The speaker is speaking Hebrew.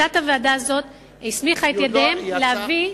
ותת-הוועדה הזאת סמכה את ידה עליהם להביא,